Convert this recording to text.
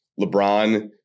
LeBron